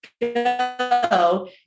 go